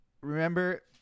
remember